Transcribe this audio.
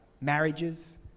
marriages